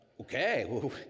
okay